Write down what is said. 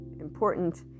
important